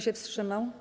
się wstrzymał?